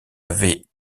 avait